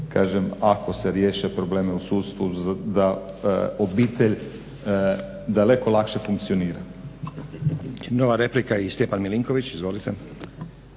ako se riješe problemi u sudstvu da obitelj daleko lakše funkcionira. **Zgrebec, Dragica (SDP)** Nova replika i Stjepan Milinković. Izvolite.